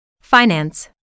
Finance